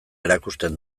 erakusten